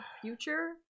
Future